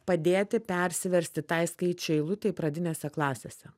padėti persiversti tai skaičių eilutei pradinėse klasėse